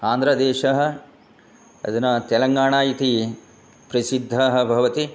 आन्ध्रप्रदेशः अधुना तेलङ्गाणा इति प्रसिद्धः भवति